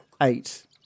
eight